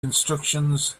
instructions